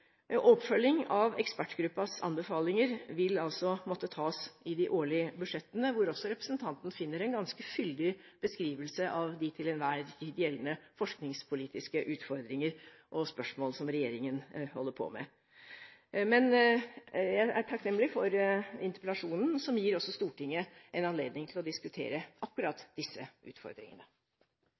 Oppfølging av ekspertgruppens anbefalinger vil altså måtte tas i de årlige budsjettene, hvor også representanten finner en ganske fyldig beskrivelse av de til enhver tid gjeldende forskningspolitiske utfordringer og spørsmål som regjeringen holder på med. Jeg er takknemlig for interpellasjonen, som gir også Stortinget en anledning til å diskutere akkurat disse utfordringene.